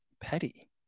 petty